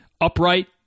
upright